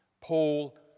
Paul